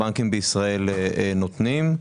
הבנקים בישראל נותנים.